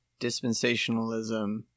dispensationalism